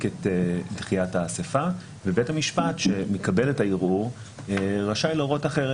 את דחיית האסיפה ובית המשפט שמקבל את הערעור רשאי להורות אחרת.